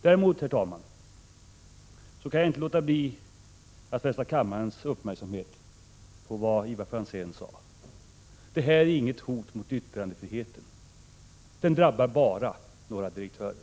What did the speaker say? Däremot, herr talman, kan jag inte låta bli att fästa kammarens uppmärksamhet på vad Ivar Franzén sade. Detta är inget hot mot yttrandefriheten. Det drabbar bara några direktörer.